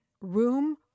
room